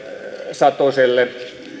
satoselle